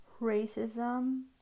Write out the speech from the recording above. racism